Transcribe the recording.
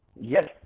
Yes